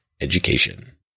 education